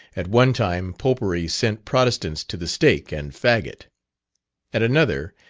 at one time popery sent protestants to the stake and faggot at another,